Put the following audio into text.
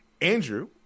andrew